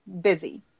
busy